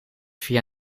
via